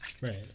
Right